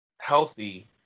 healthy